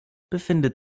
befindet